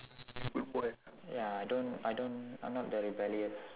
ya I don't I don't I'm not that rebellious